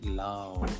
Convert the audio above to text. love